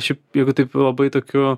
šiaip jeigu taip labai tokiu